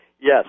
Yes